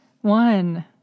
one